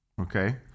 okay